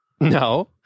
no